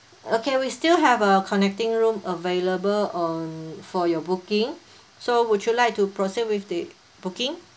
okay we still have a connecting room available on for your booking so would you like to proceed with the booking